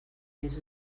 més